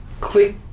click